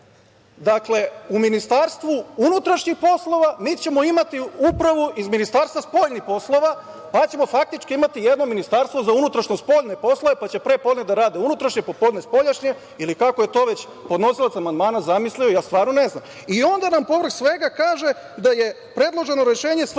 Dakle, u Ministarstvu unutrašnjih poslova mi ćemo imati upravu iz Ministarstva spoljnih poslova, pa ćemo faktički imati jedno ministarstvo za unutrašnjo-spoljne poslove, pa će pre podne da rade unutrašnje, popodne spoljašnje ili kako je to već podnosilac amandmana zamislio, ja stvarno ne znam.I onda nam, povrh svega, kaže da je predloženo rešenje svrsishodnije